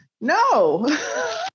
No